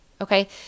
okay